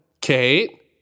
Kate